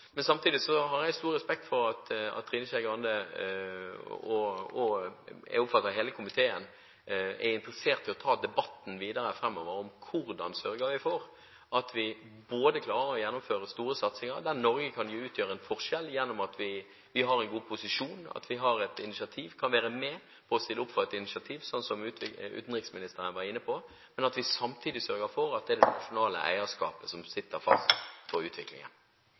Samtidig har jeg stor respekt for at Trine Skei Grande – og jeg oppfatter hele komiteen – er interessert i å ta debatten videre, om hvordan vi framover sørger for at vi klarer å gjennomføre store satsinger der Norge kan gjøre en forskjell ved at vi har en god posisjon, at vi har et initiativ, at vi kan være med og stille opp for et initiativ, slik som utenriksministeren var inne på, samtidig som vi sørger for at det er det nasjonale eierskapet som holder fast på utviklingen.